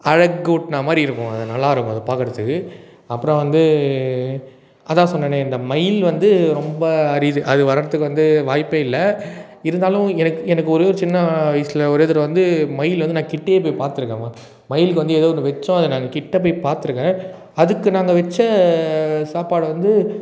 அழக்கூட்ன மாதிரி இருக்கும் அது நல்லாருக்கும் அதை பார்க்கறதுக்கு அப்புறம் வந்து அதான் சொன்னன்னே இந்த மயில் வந்து ரொம்ப அரிது அது வரதுக்கு வந்து வாய்ப்பு இல்ல இருந்தாலும் எனக் எனக்கு ஒரே ஒரு சின்ன வயசில் ஒரே தடவை வந்து மயில் வந்து நான் கிட்டயே போய் பார்த்துருக்கேன் மயிலுக்கு வந்து ஏதோ ஒன்று வச்சோம் அத நாங்கள் கிட்ட போய் பார்த்துருக்கேன் அதுக்கு நாங்கள் வச்ச சாப்பாடு வந்து